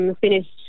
finished